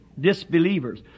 disbelievers